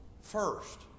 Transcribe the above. first